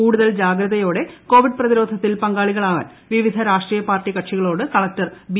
കൂടുതൽ ജാഗ്രതയോടെ കോവിഡ് പ്രതിരോധത്തിൽ പങ്കാളികളാകാൻ വിവിധ രാഷ്ട്രീയ പാർട്ടി കക്ഷികളോട് കളക്ടർ ബി